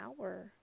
hour